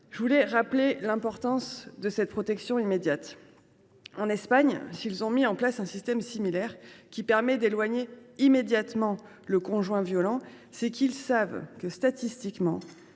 Je tiens à rappeler l’importance de cette protection immédiate. Si les Espagnols ont mis en place un système similaire, permettant d’éloigner immédiatement le conjoint violent, c’est qu’ils savent que, statistiquement,